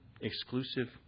exclusive